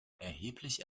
erheblich